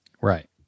Right